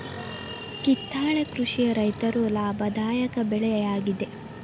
ಕಿತ್ತಳೆ ಕೃಷಿಯ ರೈತರು ಲಾಭದಾಯಕ ಬೆಳೆ ಯಾಗಿದೆ